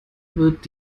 wird